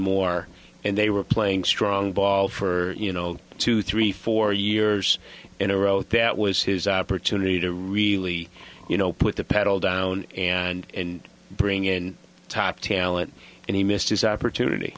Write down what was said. more and they were playing strong ball for you know two three four years in a row that was his opportunity to really you know put the pedal down and bring in top talent and he missed his opportunity